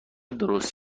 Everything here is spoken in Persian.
درست